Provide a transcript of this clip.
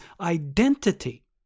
identity